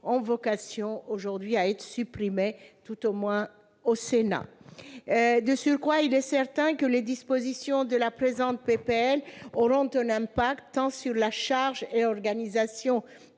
ont vocation aujourd'hui à être supprimées, tout au moins par le Sénat. De surcroît, il est certain que les dispositions de la présente proposition de loi auront un impact tant sur la charge et l'organisation